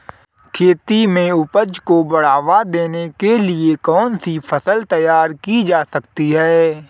खेती में उपज को बढ़ावा देने के लिए कौन सी फसल तैयार की जा सकती है?